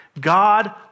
God